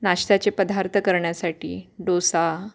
नाश्त्याचे पदार्थ करण्यासाठी डोसा